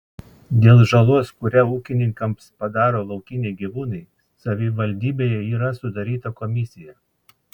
dėl žalos kurią ūkininkams padaro laukiniai gyvūnai savivaldybėje yra sudaryta komisija